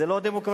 זה לא דמוקרטי.